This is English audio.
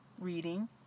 reading